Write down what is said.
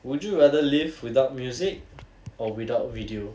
would you rather live without music or without video